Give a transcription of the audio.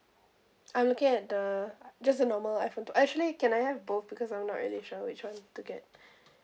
I'm looking at the just the normal iphone actually can I have both because I'm not really sure which one to get